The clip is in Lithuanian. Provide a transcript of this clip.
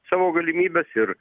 savo galimybes ir